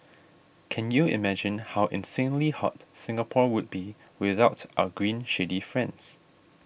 can you imagine how insanely hot Singapore would be without our green shady friends